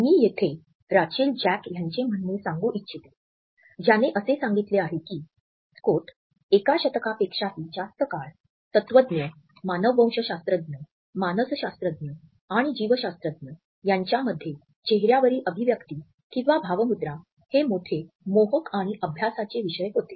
मी येथे Rachel Jack यांचे म्हणणे सांगू इच्छिते ज्याने असे सांगितले आहे की "एका शतकापेक्षाही जास्त काळ तत्त्वज्ञ मानववंशशास्त्रज्ञ मानसशास्त्रज्ञ आणि जीवशास्त्रज्ञ यांच्यामध्ये चेहर्यावरील अभिव्यक्ति किंवा भावमुद्रा हे मोठे मोहक आणि अभ्यासाचे विषय होते